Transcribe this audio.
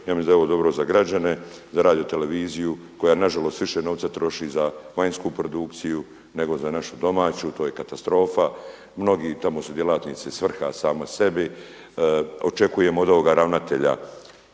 Ja mislim da je ovo dobro za građane, za radioteleviziju koja na žalost više novca troši za vanjsku produkciju nego za našu domaću, to je katastrofa. Mnogi tamo su djelatnicima svrha sami sebi. Očekujem od ovoga ravnatelja